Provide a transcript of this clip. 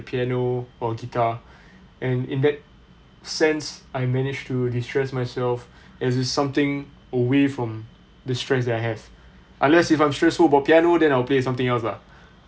piano or guitar and in that sense I manage to destress myself is something away from the stress that I have unless if I'm stressful about piano then I'll play something else lah